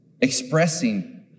expressing